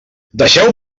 deixeu